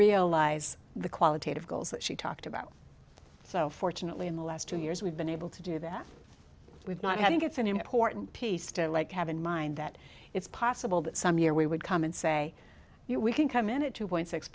realize the qualitative goals that she talked about so fortunately in the last two years we've been able to do that with not having it's an important piece to like have in mind that it's possible that some year we would come and say you know we can come in at two point six